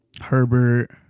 Herbert